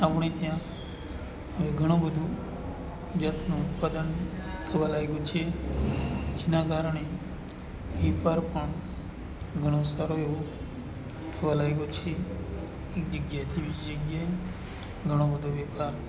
આપણે ત્યાં એ ઘણું બધું જાતનું ઉત્પાદન થવા લાગ્યું છે જેના કારણે વેપાર પણ ઘણો સારો એવો થવા લાગ્યો છે એક જગ્યાએથી બીજી જગ્યાએ ઘણો બધો વેપાર